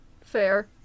Fair